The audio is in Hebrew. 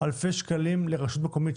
אלפי שקלים לרשות מקומית,